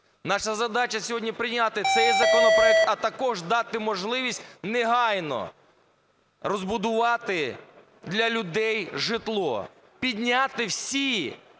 Наша задача сьогодні – прийняти цей законопроект, а також дати можливість негайно розбудувати для людей житло, підняти всі,